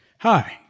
Hi